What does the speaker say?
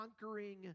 conquering